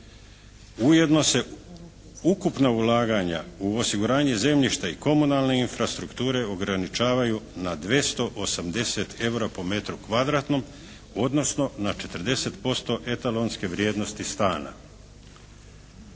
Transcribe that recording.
Ujedno se ukupna ulaganja u osiguranje zemljišta i komunalne infrastrukture ograničavaju na 280 EUR-a po metru kvadratnom odnosno na 40% etalonske vrijednosti stana.